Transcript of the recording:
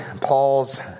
Paul's